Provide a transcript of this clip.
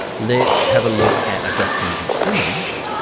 let's have a look at adjusting the image,